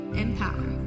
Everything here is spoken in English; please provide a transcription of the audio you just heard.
empower